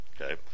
Okay